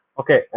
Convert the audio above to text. okay